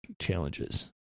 challenges